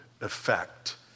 effect